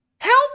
Help